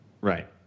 right